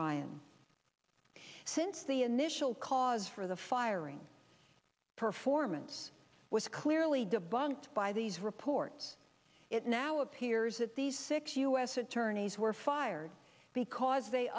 ryan since the initial cause for the firing performance was clearly debunked by these reports it now appears that these six u s attorneys were fired because they